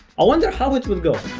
i wonder how it would go